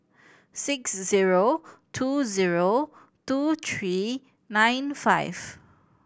six zero two zero two three nine five